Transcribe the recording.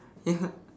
ya